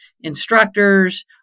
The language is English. instructors